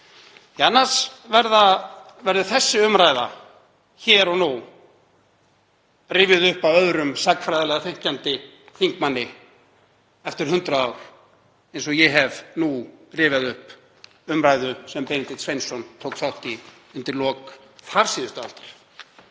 verða verður þessi umræða hér og nú rifjuð upp af öðrum sagnfræðilega þenkjandi þingmanni eftir hundrað ár, eins og ég hef nú rifjað upp umræðu sem Benedikt Sveinsson tók þátt í undir lok þarsíðustu aldar.